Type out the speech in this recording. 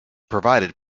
provided